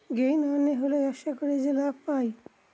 gain মানে হল ব্যবসা করে যে লাভ পায়